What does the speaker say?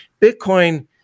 Bitcoin